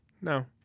no